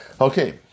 Okay